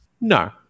No